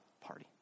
party